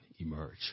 emerge